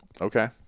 Okay